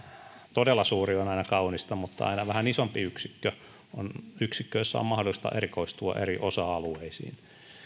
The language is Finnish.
todella suuri on aina kaunista mutta aina vähän isompi yksikkö on yksikkö jossa on mahdollista erikoistua eri osa alueisiin